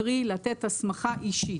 קרי לתת הסמכה אישית.